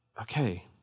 okay